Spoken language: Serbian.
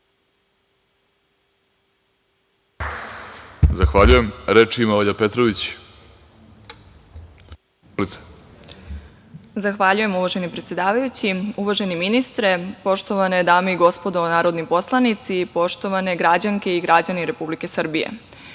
Izvolite. **Olja Petrović** Zahvaljujem, uvaženi predsedavajući. Uvaženi ministre, poštovane dame i gospodo narodni poslanici, poštovane građanke i građani Republike Srbije,